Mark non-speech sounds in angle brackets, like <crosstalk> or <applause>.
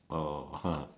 oh <laughs>